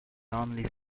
only